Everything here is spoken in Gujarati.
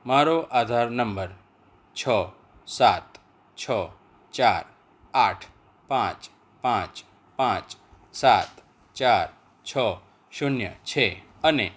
મારો આધાર નંબર છ સાત છ ચાર આઠ પાંચ પાંચ પાંચ સાત ચાર છ શૂન્ય છે અને